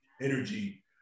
energy